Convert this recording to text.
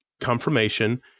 confirmation